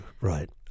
Right